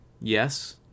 Yes